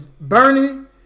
Bernie